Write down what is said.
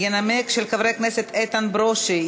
של חברי הכנסת איתן ברושי,